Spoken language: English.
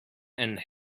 and